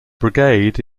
brigade